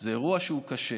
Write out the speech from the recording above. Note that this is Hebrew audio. זה אירוע שהוא קשה